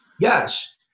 Yes